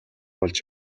болж